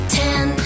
ten